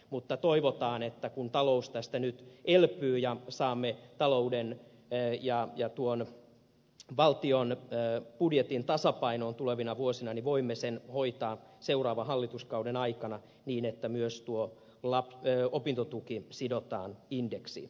mutta toivotaan että kun talous tästä nyt elpyy ja saamme talouden ja valtion budjetin tasapainoon tulevina vuosina voimme hoitaa seuraavan hallituskauden aikana niin että myös tuo opintotuki sidotaan indeksiin